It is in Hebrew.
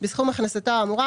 בסכום הכנסתו האמורה,